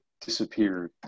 disappeared